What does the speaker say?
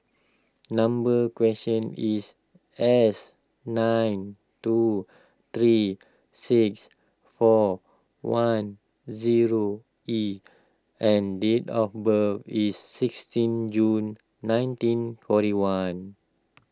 number question is S nine two three six four one zero E and date of birth is sixteen June nineteen forty one